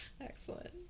Excellent